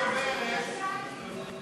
זהבה גלאון,